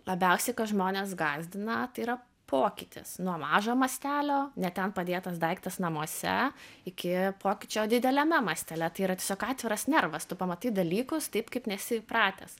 labiausiai žmones gąsdina tai yra pokytis nuo mažo mastelio ne ten padėtas daiktas namuose iki pokyčio dideliame mastelia tai yra tiesiog atviras nervas tu pamatai dalykus taip kaip nesi įpratęs